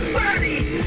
bodies